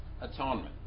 atonement